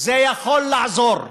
יכול לעזור.